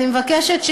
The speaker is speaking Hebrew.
אני מבקשת,